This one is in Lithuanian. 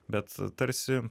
bet tarsi